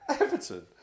Everton